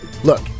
Look